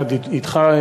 יחד אתך,